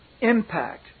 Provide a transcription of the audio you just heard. impact